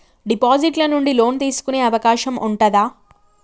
Deposit ల నుండి loan తీసుకునే అవకాశం ఉంటదా?